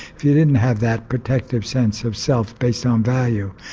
if you didn't have that protective sense of self based on value,